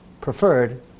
preferred